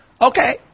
Okay